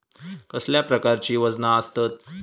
कसल्या प्रकारची वजना आसतत?